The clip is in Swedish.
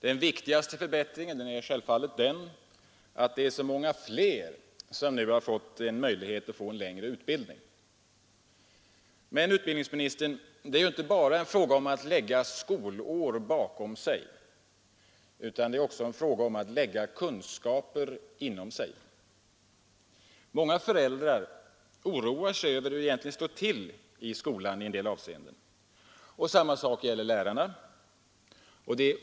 Den viktigaste förbättringen är självfallet att så många fler nu har fått möjlighet att få en längre utbildning. Men, herr utbildningsminister, det är inte bara fråga om att lägga många skolår bakom sig, utan också om att kunna lägga stora kunskaper inom sig. Många föräldrar oroar sig över hur det i en del avseenden står till i skolan. Samma sak gäller lärarna.